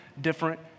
different